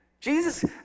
Jesus